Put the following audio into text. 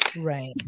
Right